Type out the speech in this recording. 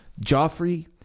Joffrey